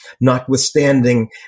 notwithstanding